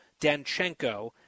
Danchenko